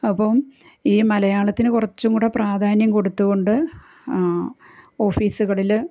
അപ്പം ഈ മലയാളത്തിന് കുറച്ചും കൂടെ പ്രാധാന്യം കൊടുത്തുകൊണ്ട് ഓഫീസുകളില്